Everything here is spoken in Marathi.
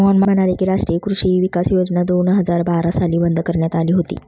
मोहन म्हणाले की, राष्ट्रीय कृषी विकास योजना दोन हजार बारा साली बंद करण्यात आली होती